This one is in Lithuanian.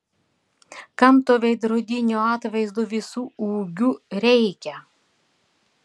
kam to veidrodinio atvaizdo visu ūgiu reikia